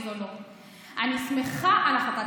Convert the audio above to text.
זה בסדר, אבל זה לא משכנע אף אחד.